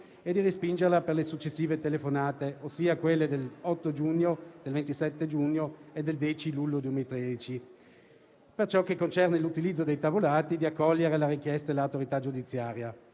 e di respingerla per le successive telefonate, ossia quelle dell'8 giugno, del 27 giugno e del 10 luglio. Per ciò che concerne l'utilizzo dei tabulati, propone di accogliere la richiesta dell'autorità giudiziaria